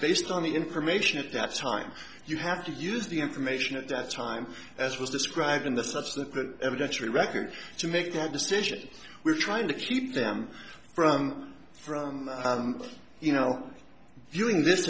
based on the information at that time you have to use the information at that time as was described in the such that evidentiary record to make that decision we're trying to keep them from you know viewing this